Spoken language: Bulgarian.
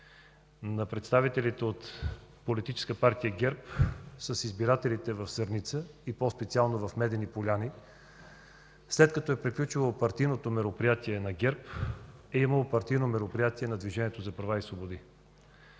на представителите от Политическа партия ГЕРБ с избирателите в Сърница, и по-специално в Медени поляни, след като е приключило партийното мероприятие на ГЕРБ, е имало партийно мероприятие на Движението за права и свободи.